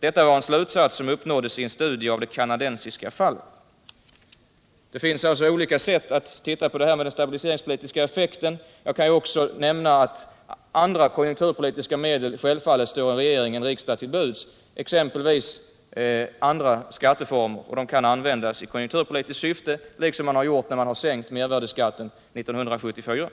Detta var en slutsats som uppnåddes i en studie av det kanadensiska fallet.” Det finns alltså olika sätt att se på den stabiliseringspolitiska effekten. Jag kan också nämna att andra konjunkturpolitiska medel självfallet står en regering och en riksdag till buds, exempelvis andra skatteformer, och de kan användas i konjunkturpolitiskt syfte, liksom man gjorde när man sänkte mervärdeskatten 1974.